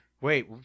Wait